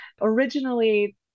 Originally